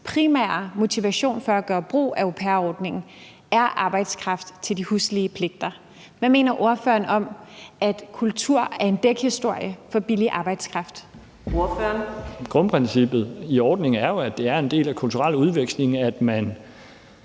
primære motivation for at gøre brug af au pair-ordningen er arbejdskraft til de huslige pligter. Hvad mener ordføreren om, at kultur er en dækhistorie for billig arbejdskraft? Kl. 14:57 Fjerde næstformand (Karina